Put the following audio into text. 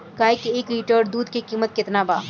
गाय के एक लीटर दुध के कीमत केतना बा?